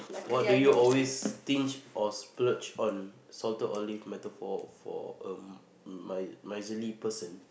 what did you always stinge or splurge on salty olive metaphor for a mi~ misery person